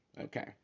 Okay